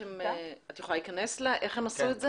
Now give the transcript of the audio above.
את יכולה להיכנס לאיך הם עשו את זה,